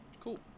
cool